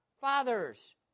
fathers